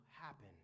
happen